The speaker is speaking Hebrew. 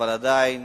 אבל עדיין,